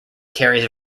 carries